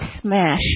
smash